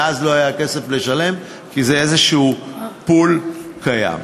ואז לא היה כסף לשלם כי זה איזה פול קיים.